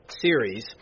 series